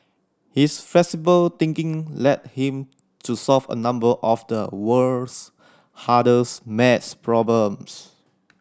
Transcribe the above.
his flexible thinking led him to solve a number of the world's hardest maths problems